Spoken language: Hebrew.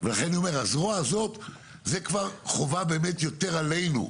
אני רוצה רגע להבין שוב,